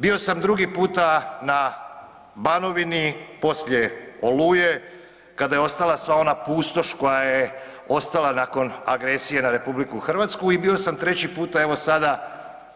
Bio sam drugi puta na Banovini poslije Oluje kada je ostala sva ona pustoš koja je ostala nakon agresije na RH i bio sam treći puta evo sada